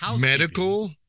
Medical